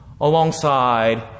alongside